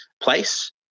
place